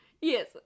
Yes